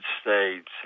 States